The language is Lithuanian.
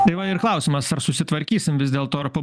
tai va ir klausimas ar susitvarkysim vis dėlto ar pa